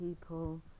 people